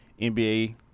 nba